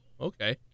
okay